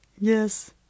Yes